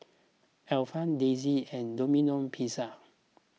Alpen Disney and Domino Pizza